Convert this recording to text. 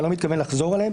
ואני לא מתכוון לחזור עליהם,